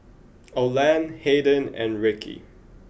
Oland Haden and Rickie